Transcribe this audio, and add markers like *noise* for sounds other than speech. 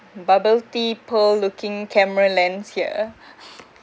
bubble tea pearl looking camera lens here *laughs*